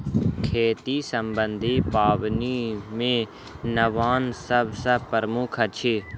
खेती सम्बन्धी पाबनि मे नवान्न सभ सॅ प्रमुख अछि